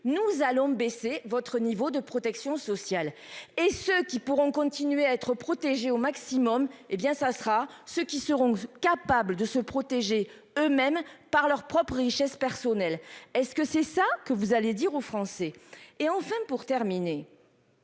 nous allons baisser votre niveau de protection sociale et ce qu'ils pourront continuer à être protégé au maximum, hé bien ça sera ceux qui seront capables de se protéger eux-mêmes par leur propre richesse personnelle. Est-ce que c'est ça que vous allez dire aux Français et enfin pour terminer.